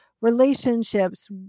relationships